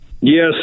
Yes